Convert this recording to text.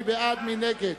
מי בעד, מי נגד,